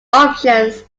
options